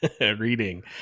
reading